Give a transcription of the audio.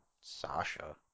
Sasha